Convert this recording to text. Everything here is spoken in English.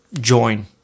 join